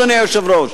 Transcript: אדוני היושב-ראש.